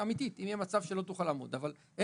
יהיה מצב שלא תוכל לעמוד בו אמיתי, כמו שאתה אומר.